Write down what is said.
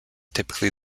typically